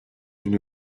une